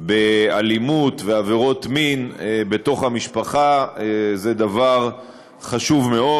באלימות ובעבירות מין בתוך המשפחה זה דבר חשוב מאוד.